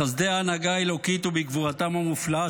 בחסדי ההנהגה האלוקית ובגבורתם המופלאה